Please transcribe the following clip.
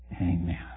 Amen